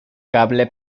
cable